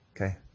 Okay